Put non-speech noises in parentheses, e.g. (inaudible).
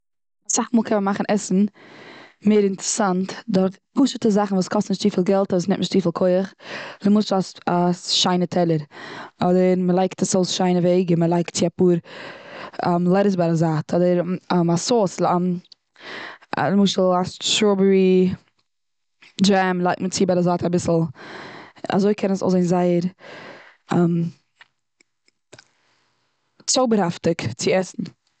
אסאך מאל קען מען מאכן עסן מער אינטערסאנט, דורך פשוטע זאכן וואס קאסט נישט צופיל געלט, אדער נעמט נישט צופיל כח. למשל: א א שיינע טעלער, אדער מ'לייגט עס אויס שיינע וועג און מ'לייגט צי אפאר (hesitation) לעטעס ביי די זייט אדער (hesitation) א סאוס (hesitation) א למשל א סטראבערי דזשעם, לייגט מען צו ביי די זייט אביסל אזוי קען עס אויסזעהן זייער (hesitation) צויבערהאפטיג צו עסן.